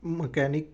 mechanic